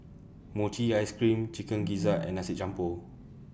Mochi Ice Cream Chicken Gizzard and Nasi Campur